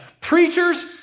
Preachers